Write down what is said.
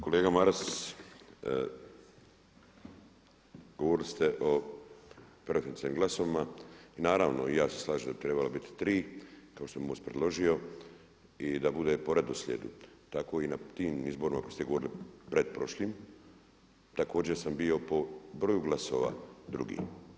Kolega Maras, govorili ste o preferencijalnim glasovima, naravno i ja se slažem da bi trebala biti 3 kao što je MOST predložio i da bude po redoslijedu, tako i na tim kako ste govorili pretprošlim, također sam bio po broju glasova drugi.